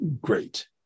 great